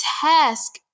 task